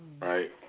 Right